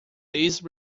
these